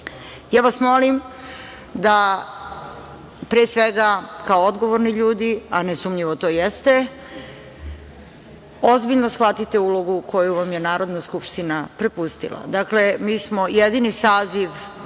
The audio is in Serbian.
ja vas molim da pre svega kao odgovorni ljudi, a nesumnjivo to jeste, ozbiljno shvatite ulogu koju vam je Narodna skupština prepustila. Mi smo jedini saziv,